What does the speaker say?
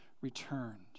returned